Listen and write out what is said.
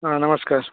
हां नमस्कार